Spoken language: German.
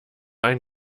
ein